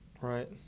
Right